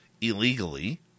illegally